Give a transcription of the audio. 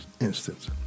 instance